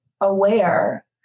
aware